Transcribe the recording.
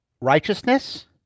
Righteousness